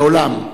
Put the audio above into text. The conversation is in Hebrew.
מעולם,